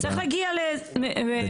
צריך להגיע ל --- ודאי.